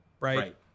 right